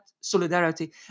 solidarity